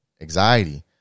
anxiety